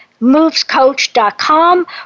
MovesCoach.com